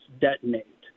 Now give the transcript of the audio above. detonate